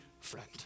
friend